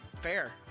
fair